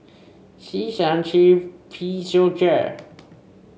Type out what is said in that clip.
C seven three P zero J